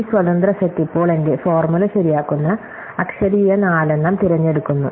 ഈ സ്വതന്ത്ര സെറ്റ് ഇപ്പോൾ എന്റെ ഫോർമുല ശരിയാക്കുന്ന അക്ഷരീയ നാലെണ്ണം തിരഞ്ഞെടുക്കുന്നു